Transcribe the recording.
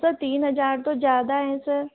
sir तीन हज़ार तो ज़्यादा है सर